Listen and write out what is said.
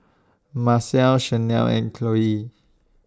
Marcelle Shanelle and Chloie